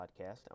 podcast